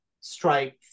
stripe